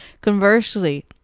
conversely